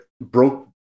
broke